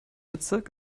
bezirk